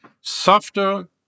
softer